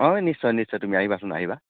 অ নিশ্চয় নিশ্চয় তুমি আহিবাচোন আহিবা